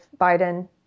Biden